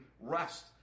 rest